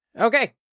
Okay